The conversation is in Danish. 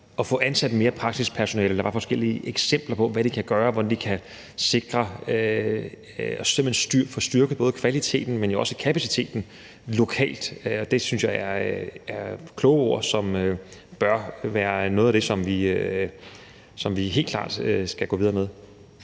at få ansat mere praksispersonale, og der var forskellige eksempler på, hvad de kan gøre, og hvordan de simpelt hen kan sikre at få styrket både kvaliteten, men jo også kapaciteten lokalt. Det synes jeg er kloge ord, som bør være noget af det, som vi helt klart skal gå videre med.